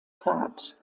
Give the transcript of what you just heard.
pfad